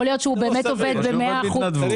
יכול להיות שהוא באמת עובד ב-100 אחוזי משרה.